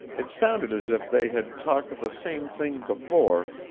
it sounded as if they had talked of the same thing before,